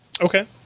Okay